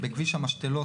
בכביש המשתלות,